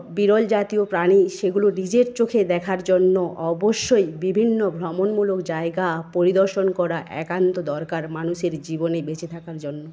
বিরল জাতীয় প্রাণী সেগুলো নিজের চোখে দেখার জন্য অবশ্যই বিভিন্ন ভ্রমণমূলক জায়গা পরিদর্শন করা একান্ত দরকার মানুষের জীবনে বেঁচে থাকার জন্য